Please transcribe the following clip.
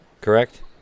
correct